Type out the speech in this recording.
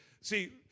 see